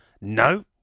no